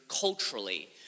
culturally